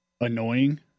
annoying